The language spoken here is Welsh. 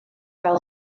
fel